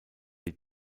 die